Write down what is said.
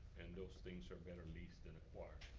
and those things are better leased than acquired.